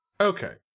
Okay